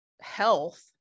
health